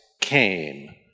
came